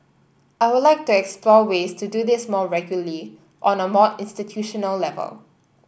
I would like to explore ways to do this more regularly on a more institutional level